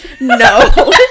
No